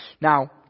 Now